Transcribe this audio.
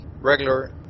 regular